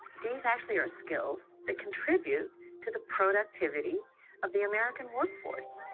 these actually are skills that contributed to the productivity of the american work